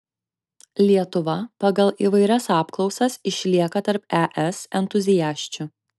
lietuva pagal įvairias apklausas išlieka tarp es entuziasčių